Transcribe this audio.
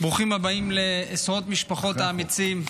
ברוכים הבאים, עשרות משפחות האמיצים,